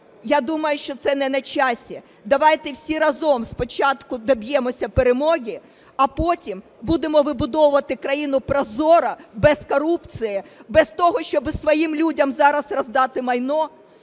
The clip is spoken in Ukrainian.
Я думаю, що це не на часі. Давайте всі разом спочатку доб'ємося перемоги, а потім будемо вибудовувати країну прозоро, без корупції, без того, щоб своїм людям зараз роздати майно